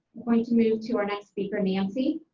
to move to our next speaker, nancy.